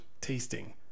tasting